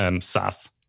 SaaS